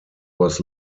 was